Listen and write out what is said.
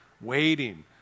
Waiting